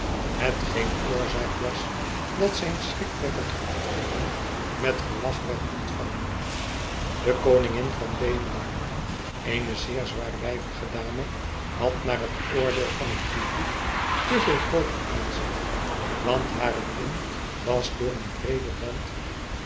hetgeen oorzaak was dat z'yn schrikverwekkend optreden met gelach werd ontvangen de koningin van denemarken eene zeer zwaarlijvige dame had naar het oordeel van het publiek te veel koper aan zich want hare kin was door een breeden band